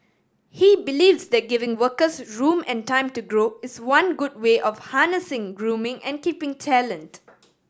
he believes that giving workers room and time to grow is one good way of harnessing grooming and keeping talent